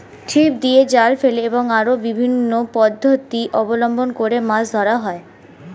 ছিপ দিয়ে, জাল ফেলে এবং আরো বিভিন্ন পদ্ধতি অবলম্বন করে মাছ ধরা হয়